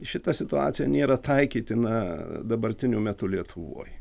šita situacija nėra taikytina dabartiniu metu lietuvoj